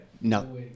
no